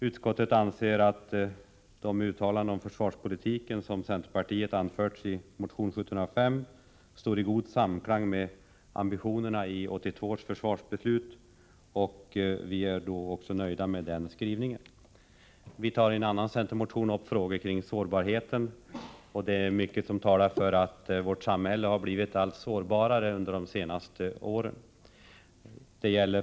Utskottet anser att uttalandena om försvarspolitiken som centerpartiet har gjort i motion 1705 står i god samklang med ambitionerna i 1982 års försvarsbeslut, och vi är nöjda med den skrivningen. Vi tarien annan motion upp frågorna om sårbarheten. Mycket talar för att vårt samhälle blivit sårbarare under de senaste åren.